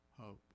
hope